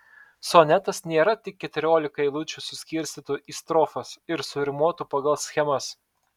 sonetas nėra tik keturiolika eilučių suskirstytų į strofas ir surimuotų pagal schemas